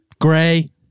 Gray